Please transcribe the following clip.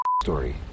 story